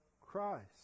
Christ